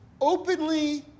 openly